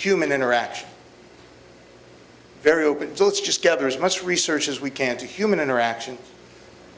human interaction very open so let's just gather as much research as we can to human interaction